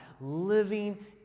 living